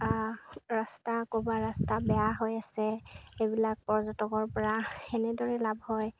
ৰাস্তা ক'ৰবাত ৰাস্তা বেয়া হৈ আছে সেইবিলাক পৰ্যটকৰ পৰা তেনেদৰে লাভ হয়